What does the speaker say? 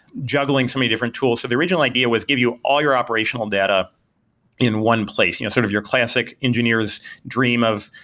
juggling so many different tools. so the original idea was give you all your operational data in one place, you know sort of your classic engineer s dream of,